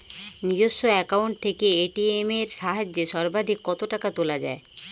নিজস্ব অ্যাকাউন্ট থেকে এ.টি.এম এর সাহায্যে সর্বাধিক কতো টাকা তোলা যায়?